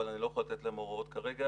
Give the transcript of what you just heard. אבל אני לא יכול לתת להם הוראות כרגע,